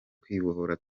kwibohora